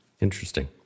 Interesting